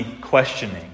questioning